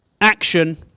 action